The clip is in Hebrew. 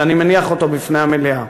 שאני מניח אותו בפני המליאה,